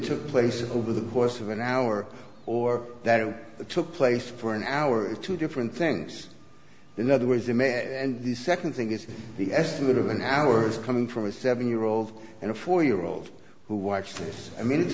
took place over the course of an hour or that or the took place for an hour or two different things in other ways are met and the second thing is the estimate of an hour's coming from a seven year old and a four year old who watched i mean it's